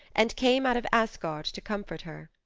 and came out of asgard to comfort her.